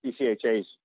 PCHA's